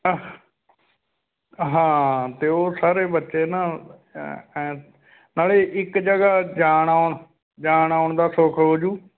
ਹਾਂ ਅਤੇ ਉਹ ਸਾਰੇ ਬੱਚੇ ਨਾ ਅ ਅ ਨਾਲੇ ਇੱਕ ਜਗ੍ਹਾ ਜਾਣ ਆਉਣ ਜਾਣ ਆਉਣ ਦਾ ਸੁੱਖ ਹੋਜੂ